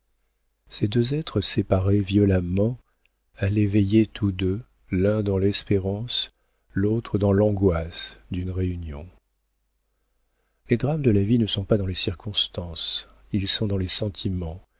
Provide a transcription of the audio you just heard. ces deux êtres séparés violemment allaient veiller tous deux l'un dans l'espérance l'autre dans l'angoisse d'une réunion les drames de la vie ne sont pas dans les circonstances ils sont dans les sentiments